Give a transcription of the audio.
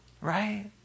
Right